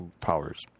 powers